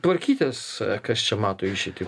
tvarkytis kas čia mato išeitį